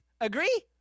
Agree